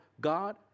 God